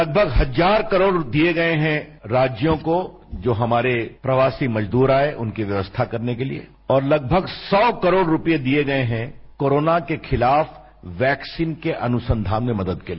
लगभग हजार करोड़ दिये गये हैं राज्यों को जो हमारे प्रवासी मजदूर आये उनकी व्यवस्था करने के लिए और लगभग सौ करोड़ रुपये दिये गये हैं कोरोना के खिलाफ वैक्सीन के अनुसंधान में मदद के लिए